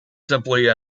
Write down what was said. simply